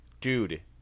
Dude